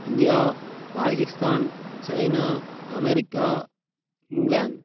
India Pakistan China America England